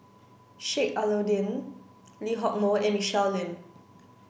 Sheik Alau'ddin Lee Hock Moh and Michelle Lim